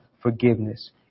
forgiveness